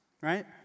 Right